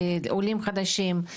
עולים חדשים,